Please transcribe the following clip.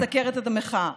שמסקרת את המחאה: